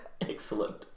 excellent